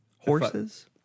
Horses